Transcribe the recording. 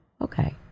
Okay